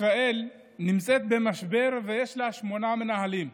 ישראל נמצאת במשבר ויש לה שמונה מנהלים,